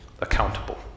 Accountable